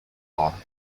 law